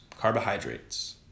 carbohydrates